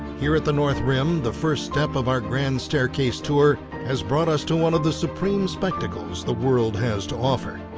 here at the north rim the first step of our grand staircase tour has brought us to one of the supreme spectacles the world has to offer.